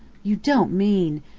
you don't mean?